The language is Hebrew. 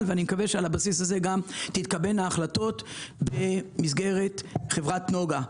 ואני מקווה שעל הבסיס הזה גם תתקבלנה החלטות במסגרת חברת נגה.